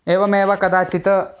एवमेव कदाचित्